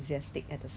something like that